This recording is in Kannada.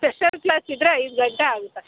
ಸ್ಪೆಷಲ್ ಕ್ಲಾಸ್ ಇದ್ದರೆ ಐದು ಗಂಟೆ ಆಗುತ್ತೆ